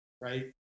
right